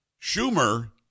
Schumer